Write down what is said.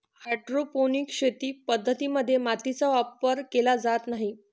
hydroponic शेती पद्धतीं मध्ये मातीचा वापर केला जात नाही